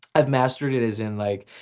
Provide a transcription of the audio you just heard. i've mastered it as in like,